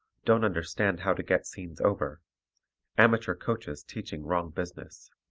don't understand how to get scenes over amateur coaches teaching wrong business.